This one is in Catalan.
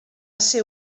ser